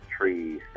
trees